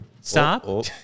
Stop